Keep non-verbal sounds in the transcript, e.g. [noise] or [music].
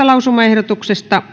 [unintelligible] lausumaehdotuksista